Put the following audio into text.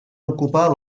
ocupar